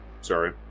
sorry